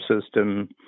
system